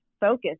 focus